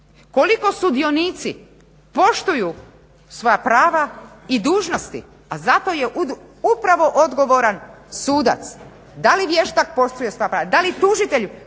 Koliko sudionici poštuju svoja prava i dužnosti, a zato je upravo odgovoran sudac. Da li vještak pooštruje svoja prava, da li tužite